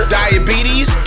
diabetes